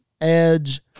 Edge